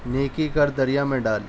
نیکی کر دریا میں ڈال